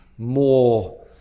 more